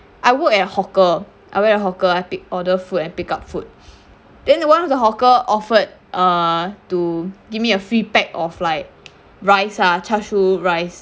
I work at hawker I work at hawker I pick order food and pick up food then the one of the hawker offered uh to give me a free pack of like rice ah char siew rice